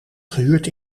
gehuurd